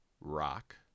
rock